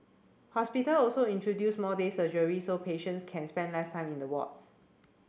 hospital also introduced more day surgeries so patients can spend less time in the wards